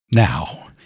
Now